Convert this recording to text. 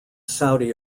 saudi